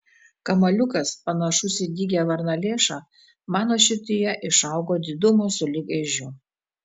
kamuoliukas panašus į dygią varnalėšą mano širdyje išaugo didumo sulig ežiu